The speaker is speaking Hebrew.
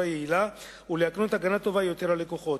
יעילה ולהקנות הגנה טובה יותר ללקוחות.